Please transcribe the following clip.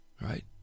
Right